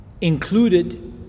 included